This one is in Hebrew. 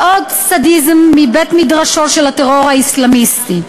ועוד סדיזם מבית-מדרשו של הטרור האסלאמיסטי.